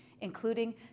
including